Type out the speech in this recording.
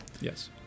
Yes